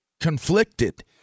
conflicted